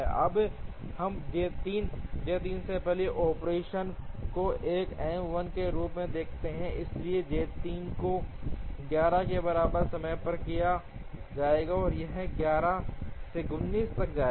अब हम J 3 J 3 के पहले ऑपरेशन को एक M 1 के रूप में देखते हैं इसलिए J 3 को 11 के बराबर समय पर लिया जाएगा और यह 11 से 19 तक जाएगा